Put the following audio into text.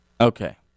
Okay